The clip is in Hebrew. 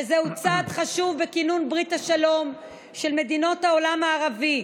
שזה צעד חשוב בכינון ברית השלום של מדינות העולם הערבי,